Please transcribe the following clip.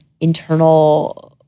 internal